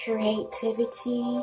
Creativity